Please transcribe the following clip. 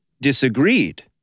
disagreed